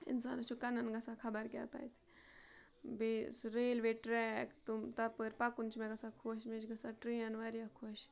اِنسانَس چھُ کَنَن گژھان خبر کیٛاہ تَتہِ بیٚیہِ سُہ ریلوے ٹرٛیک تِم تَپٲرۍ پَکُن چھُ مےٚ گژھان خۄش مےٚ چھِ گژھان ٹرٛین واریاہ خۄش